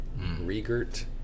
Regert